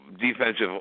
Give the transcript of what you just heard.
defensive